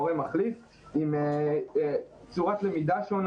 מורה מחליף עם צורת למידה שונה.